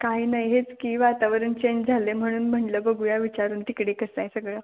काही नाही हेच की वातावरण चेंज झालं आहे म्हणून म्हणलं बघूया विचारून तिकडे कसं आहे सगळं